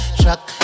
truck